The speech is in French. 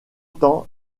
temps